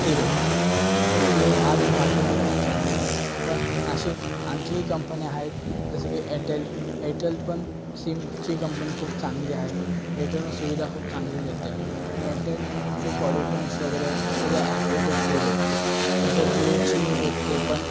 free भेटतो तर जिओ आज मार्केटमध्ये खूप चालतो आहे पण असे आणखी कंपन्या आहेत जसं की एरटेल एरटेल पण सिमची कंपनी खूप चांगली आहे एअरटेल पण सुविधा खूप चांगली देते एअरटेलची कॉलरट्युन्स वगैरे त्याच्या ॲपच्या थ्रू फ्री भेटते तसंच जिओचीही भेटते पण